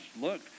look